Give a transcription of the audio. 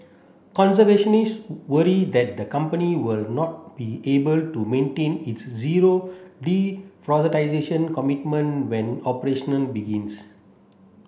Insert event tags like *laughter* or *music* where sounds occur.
conservationist worry that the company will not be able to maintain its zero *unintelligible* commitment when operation begins